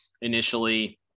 initially